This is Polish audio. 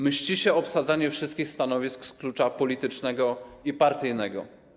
Mści się obsadzanie wszystkich stanowisk z klucza politycznego i partyjnego.